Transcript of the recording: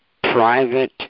private